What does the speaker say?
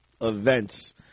events